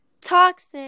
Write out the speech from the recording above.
Toxic